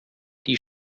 die